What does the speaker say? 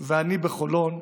ואני בחולון,